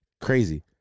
Crazy